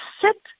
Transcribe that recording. sit